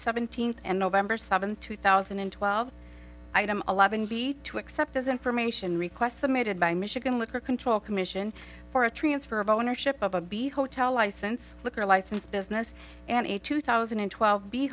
seventeenth and november seventh two thousand and twelve a lot of envy to accept as information requests submitted by michigan liquor control commission for a transfer of ownership of a b hotel license liquor license business and a two thousand and twelve b